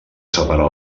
separar